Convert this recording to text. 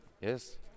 Yes